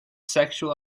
sexual